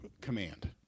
command